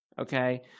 Okay